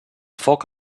foc